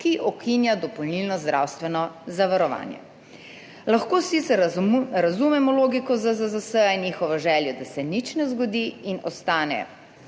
ki ukinja dopolnilno zdravstveno zavarovanje. Lahko sicer razumemo logiko ZZZS in njihovo željo, da se nič ne zgodi in ostane